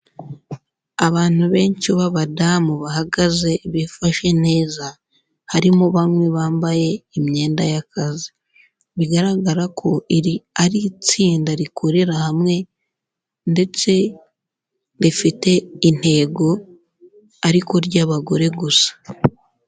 Abantu benshi b'abadamu bahagaze bifashe neza harimo bamwe bambaye imyenda y'akazi, bigaragara ko iri ari itsinda rikorera hamwe ndetse rifite intego ariko ry'abagore gusa.